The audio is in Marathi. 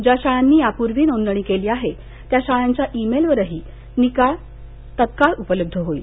ज्या शाळांनी यापूर्वी नोंदणी केली आहे त्या शाळांच्या ईमेलवरही निकाल तत्काळ उपलब्ध होईल